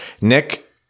Nick